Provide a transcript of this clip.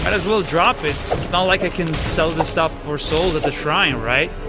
and as well drop it, it's not like i can sell this stuff for souls at the shrine, right?